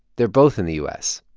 they're both in the u s.